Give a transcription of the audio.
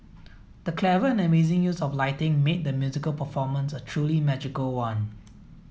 the clever and amazing use of lighting made the musical performance a truly magical one